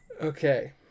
okay